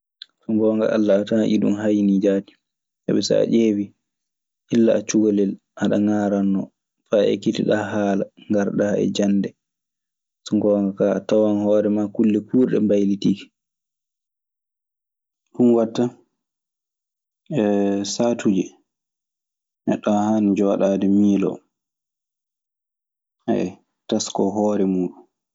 So ngoonga Allah, a tawan iɗun haaynii jaati. Sabi so a ƴeewii, illa a cukalel aɗe ŋaarannoo, faa ekkitoɗaa haala, ngarɗaa e jannde. So ngoonga kaa, a tawan hooremaa kulle kuurɗe mbaylitiike. Ɗun watta saatuuje neɗɗo haani jooɗaade miiloo, teskoo hoore muuɗun.